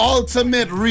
Ultimate